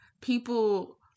people